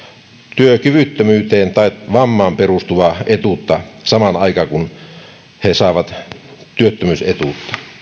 työkyvyttömyyteen tai vammaan perustuvaa etuutta samaan aikaan kuin he saavat työttömyysetuutta